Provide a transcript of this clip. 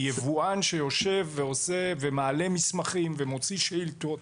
היבואן שיושב ומעלה מסמכים ומוציא שאילתות,